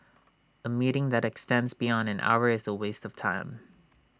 A meeting that extends beyond an hour is A waste of time